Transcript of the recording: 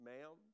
Ma'am